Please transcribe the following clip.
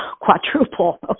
quadruple